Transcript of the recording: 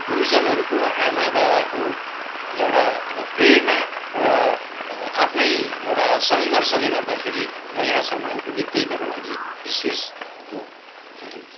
गुरुजनहरूको आमा बाबाको एउटा प्रेरणा र आफ्नै एउटा सङ्घर्षले गर्दाखेरि म यहाँसम्म आइपुगेँ त्यही मेरो लागि विशेष हो थ्याङ्क यू